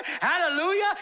Hallelujah